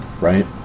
right